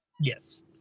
Yes